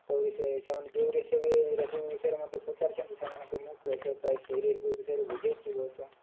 କେଉଁ ରେସିପି ସେମାନେ ଯେଉଁ ରେସିପି ରେସିପି ବିଷୟରେ ମୋତେ ପଚାରିଛନ୍ତି ସେମାନଙ୍କୁ ମୁଁ ସେ ପ୍ରାୟ ସେହି ରେସିପି ବିଷୟରେ ବୁଝାଇଛି ବହୁତ